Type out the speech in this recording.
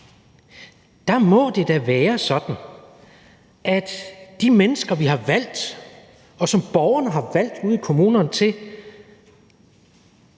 Der må det da være sådan, at de mennesker, vi har valgt, som borgerne har valgt ude i kommunerne til